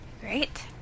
Great